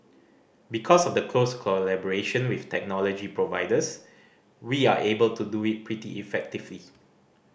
because of the close collaboration with technology providers we are able to do it pretty effectively